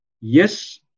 Yes